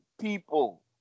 people